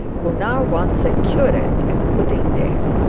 who now wants a curate at puddingdale.